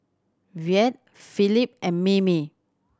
Yvette Felipe and Mimi